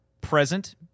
present